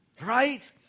right